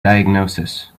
diagnosis